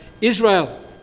Israel